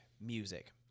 music